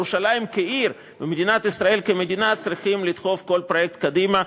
ירושלים כעיר ומדינת ישראל כמדינה צריכות לדחוף כל פרויקט קדימה,